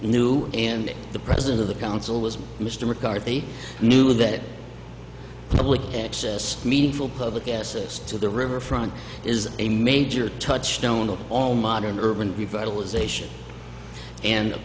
knew and the president of the council was mr mccarthy knew that public access meaningful public asses to the riverfront is a major touchstone of all modern urban revitalization and of